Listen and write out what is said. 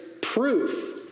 proof